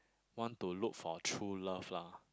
want to look for true love lah